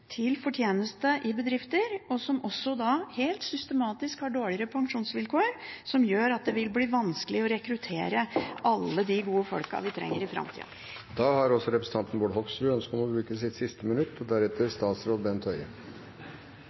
til eldreomsorgen til fortjeneste i bedrifter, som også helt systematisk har dårligere pensjonsvilkår, som gjør at det vil bli vanskelig å rekruttere alle de gode folkene vi trenger i framtida. Representanten Bård Hoksrud har hatt ordet to ganger tidligere og får ordet til en kort merknad, begrenset til 1 minutt.